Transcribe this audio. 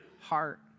heart